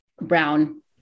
brown